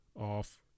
off